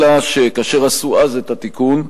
אלא שכאשר עשו אז את התיקון,